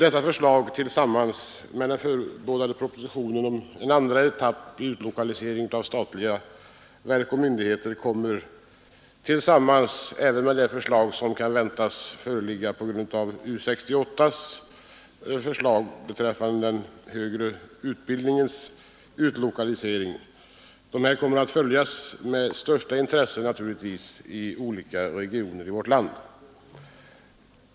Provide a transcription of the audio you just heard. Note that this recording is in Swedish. Detta förslag samt den förebådade propositionen om en andra etapp i utlokaliseringen av statliga verk och myndigheter kommer tillsammans med de förslag som kan förväntas föreligga från U 68 rörande den högre utbildningens utlokalisering. Detta kommer naturligtvis att följas med största intresse i olika regioner i vårt land.